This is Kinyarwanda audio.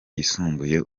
yisumbuye